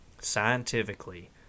scientifically